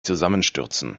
zusammenstürzen